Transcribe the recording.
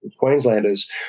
queenslanders